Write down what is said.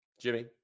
jimmy